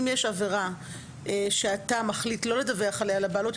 אם יש עבירה שאתה מחליט לא לדווח עליה לבעלות,